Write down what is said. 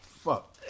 fuck